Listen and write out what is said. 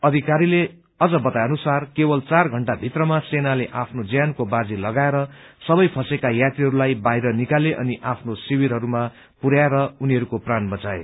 अधिकारीले अझ बताएनुसार केवल चार घण्टाभित्रमा सेनाले आफ्नो ज्यानको बाजी लगाएर सबै फँसेका यात्रीहरूलाई बाहिर निकाले अनि आफ्नो शिविरहरूमा पुरयाएर उनीहरूको प्राण बचाए